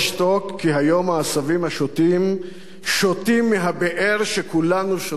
כי היום העשבים השוטים שותים מהבאר שכולנו שותים ממנה.